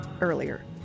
earlier